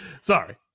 Sorry